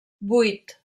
vuit